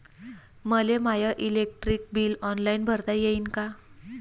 मले माय electric bill online भरता येईन का?